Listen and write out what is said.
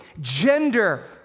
gender